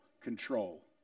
control